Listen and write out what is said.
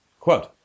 Quote